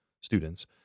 students